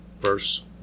verse